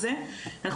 עכשיו,